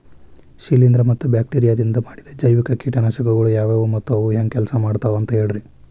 ಶಿಲೇಂಧ್ರ ಮತ್ತ ಬ್ಯಾಕ್ಟೇರಿಯದಿಂದ ಮಾಡಿದ ಜೈವಿಕ ಕೇಟನಾಶಕಗೊಳ ಯಾವ್ಯಾವು ಮತ್ತ ಅವು ಹೆಂಗ್ ಕೆಲ್ಸ ಮಾಡ್ತಾವ ಅಂತ ಹೇಳ್ರಿ?